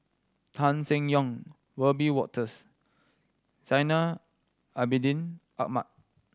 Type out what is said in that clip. Tan Seng Yong Wiebe Wolters Zainal Abidin Ahmad